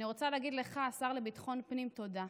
אני רוצה להגיד לך, השר לביטחון פנים, תודה.